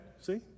See